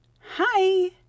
hi